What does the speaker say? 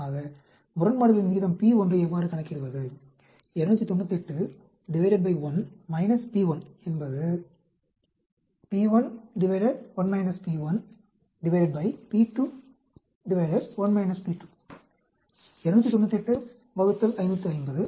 ஆக முரண்பாடுகளின் விகிதம் p1 ஐ எவ்வாறு கணக்கிடுவது